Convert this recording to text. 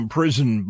Prison